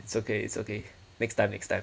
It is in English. it's okay it's okay next time next time